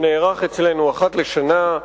שנערך אצלנו אחת לשנה,